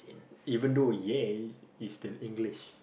even though yeah is still English